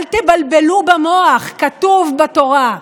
אל תבלבלו במוח, "כתוב בתורה".